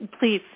please